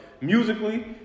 musically